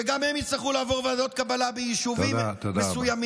שגם הם יצטרכו לעבור ועדות קבלה ביישובים מסוימים.